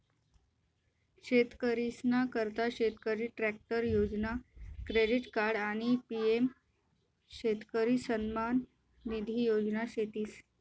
शेतकरीसना करता शेतकरी ट्रॅक्टर योजना, क्रेडिट कार्ड आणि पी.एम शेतकरी सन्मान निधी योजना शेतीस